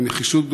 בנחישות גדולה,